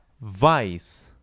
Vice